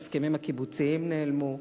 ההסכמים הקיבוציים נעלמו,